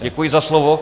Děkuji za slovo.